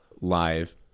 live